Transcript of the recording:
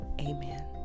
Amen